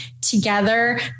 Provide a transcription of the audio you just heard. together